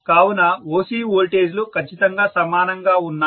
కావున OC voltage లు ఖచ్చితంగా సమానంగా ఉన్నాయి